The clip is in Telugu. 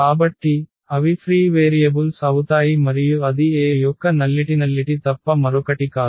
కాబట్టి అవి ఫ్రీ వేరియబుల్స్ అవుతాయి మరియు అది A యొక్క నల్లిటి తప్ప మరొకటి కాదు